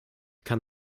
kann